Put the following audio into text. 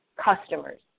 customers